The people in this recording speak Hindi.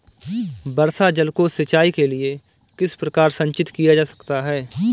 वर्षा जल को सिंचाई के लिए किस प्रकार संचित किया जा सकता है?